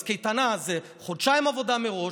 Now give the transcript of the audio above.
אז קייטנה זה חודשיים עבודה מראש.